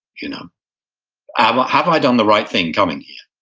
you know ah but have i done the right thing coming here?